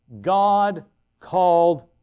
God-called